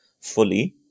fully